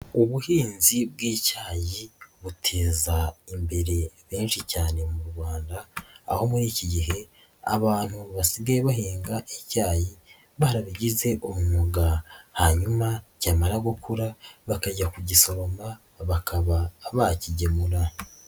Ubuhinzi bw'icyayi buteza imbere benshi cyane mu Rwanda, aho muri iki gihe abantu basigaye bahinga icyayi barabigize umwuga, hanyuma byamara gukura bakajya kugisoroma bakaba bakigemura.